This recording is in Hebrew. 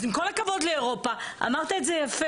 אז עם כל הכבוד לאירופה, אמרת את זה יפה.